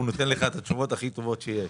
הוא נותן לך את התשובות הכי טובות שיש.